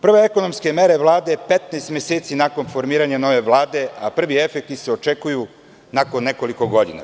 Prve ekonomske mere Vlade su 15 meseci nakon formiranje nove Vlade, a prvi efekti se očekuju nakon nekoliko godina.